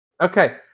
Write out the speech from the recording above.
Okay